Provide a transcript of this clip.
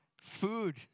food